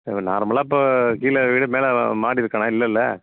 நார்மலாக இப்போ கீழே வீடு மேலே மாடி இருக்காண்ணா இல்லயில்ல